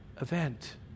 event